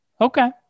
Okay